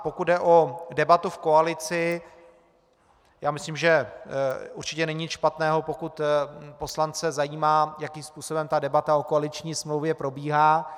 Pokud jde o debatu v koalici, myslím, že určitě není nic špatného, pokud poslance zajímá, jakým způsobem debata o koaliční smlouvě probíhá.